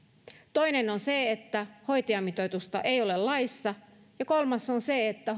toinen on se että hoitajamitoitusta ei ole laissa ja kolmas on se että